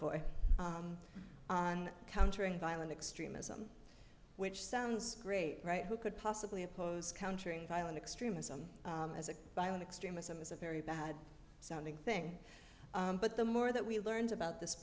voice on countering violent extremism which sounds great right who could possibly oppose countering violent extremism as a violent extremism is a very bad sounding thing but the more that we learned about this